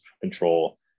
control